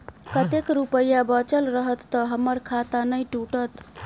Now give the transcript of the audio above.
कतेक रुपया बचल रहत तऽ हम्मर खाता नै टूटत?